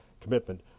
commitment